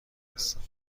هستند